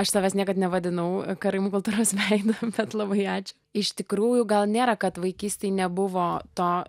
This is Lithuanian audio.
aš savęs niekad nevadinau karaimų kultūros veidu bet labai ačiū iš tikrųjų gal nėra kad vaikystėj nebuvo to